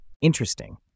Interesting